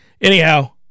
Anyhow